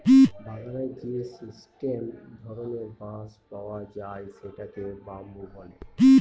বাগানে যে স্টেম ধরনের বাঁশ পাওয়া যায় সেটাকে বাম্বু বলে